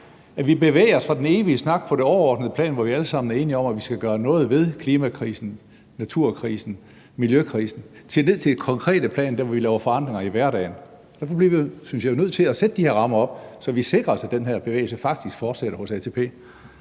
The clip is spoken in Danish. at vi bevæger os fra den evige snak på det overordnede plan, hvor vi alle sammen er enige om, at vi skal gøre noget ved klimakrisen, naturkrisen og miljøkrisen, og ned til det konkrete plan, hvor vi laver forandringer i hverdagen. Derfor bliver vi jo, synes jeg, nødt til at sætte de her rammer op, så vi sikrer os, at den her bevægelse faktisk fortsætter hos ATP.